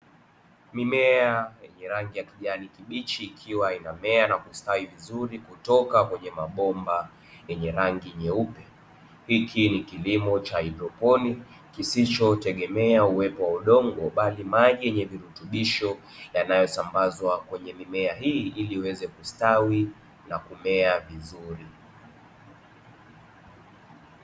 Mimea yenye rangi ya kijani kibichi ikiwa imemea na kustawi vizuri kutoka kwenye mabomba yenye rangi nyeupe. Hiki ni kilimo cha haidroponi kisichotegemea uwepo wa udongo bali maji yenye virutubisho yanayosambazwa kwenye mimea hii ili iweze kustawi na kumea vizuri.